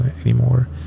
anymore